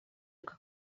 как